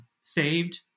saved